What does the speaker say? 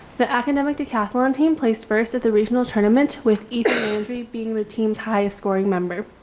the academic decathlon team placed first at the regional tournament with ethan andre being the team's highest scoring member.